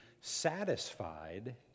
satisfied